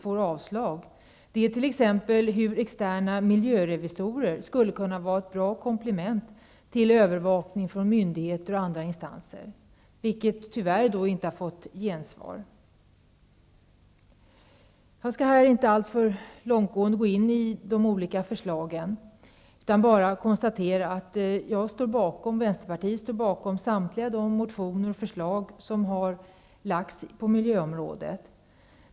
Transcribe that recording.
Det gäller t.ex. hur externa miljörevisorer skulle kunna vara ett bra komplement till övervakning från myndigheter och andra instanser. Det förslaget har tyvärr inte har fått gensvar. Jag skall här inte alltför ingående redogöra för de olika förslagen. Jag konstaterar bara att Vänsterpartiet står bakom samtliga de motioner väckts från Vänsterpartiet och de förslag som har lagts fram på miljöområdet.